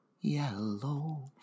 yellow